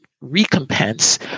recompense